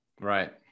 Right